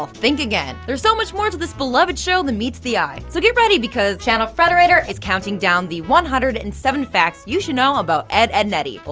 think again. there's so much more to this beloved show than meets the eye. so get ready because channel frederator is counting down the one hundred and seven facts you should know about ed, edd n eddy.